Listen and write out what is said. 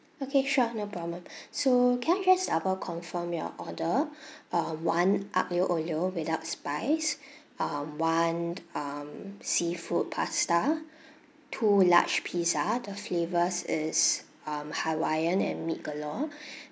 okay sure no problem so can I just double confirm your order um one aglio olio without spice um one um seafood pasta two large pizza the flavours is um hawaiian and meat galore